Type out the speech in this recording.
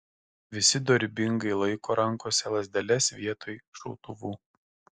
visi dorybingai laiko rankose lazdeles vietoj šautuvų